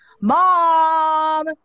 Mom